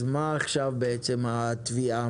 אז מה עכשיו בעצם התביעה?